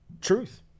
Truth